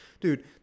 Dude